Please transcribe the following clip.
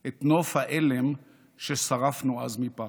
"את נוף האלם ששרפנו אז מפחד".